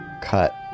cut